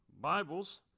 Bibles